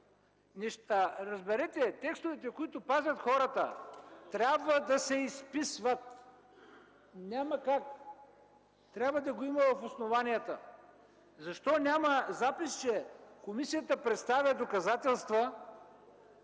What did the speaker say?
е?! Разберете, текстовете, които пазят хората, трябва да се изписват. Няма как, трябва да го има в основанията. Защо няма запис, че комисията представя доказателства,